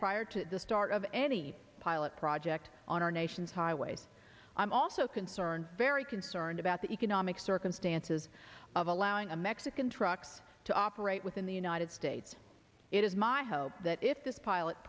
prior to the start of any pilot project on our nation's highways i'm also concerned very concerned about the economic circumstances of allowing a mexican trucks to operate within the united states it is my hope that if this pilot